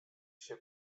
się